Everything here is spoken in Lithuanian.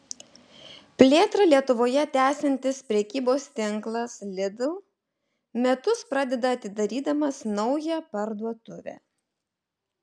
plėtrą lietuvoje tęsiantis prekybos tinklas lidl metus pradeda atidarydamas naują parduotuvę